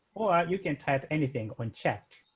or you can type anything on chat.